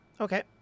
Okay